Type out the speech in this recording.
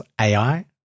AI